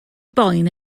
boen